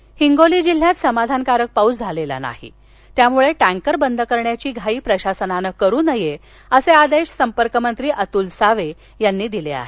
हिंगोली हिंगोली जिल्ह्यात समाधानकारक पाऊस झालेला नाही त्यामुळे टक्क बंद करण्याची घाई प्रशासनानं करू नये असे आदेश संपर्क मंत्री अतुल सावे यांनी दिले आहेत